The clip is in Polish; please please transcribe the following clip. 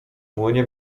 młynie